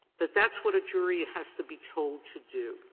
that that's what a jury has to be told to do,